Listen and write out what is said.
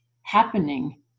happening